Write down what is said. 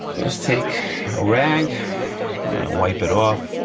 let's take a rag, we're gonna wipe it off.